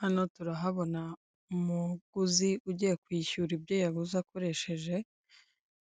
Hano turahabona umuguzi ugiye kwishyura ibyo yagize, akoresheje